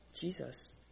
Jesus